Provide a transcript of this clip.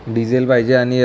diesel पाहिजे आणि